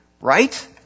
right